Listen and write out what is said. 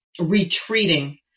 retreating